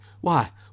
Why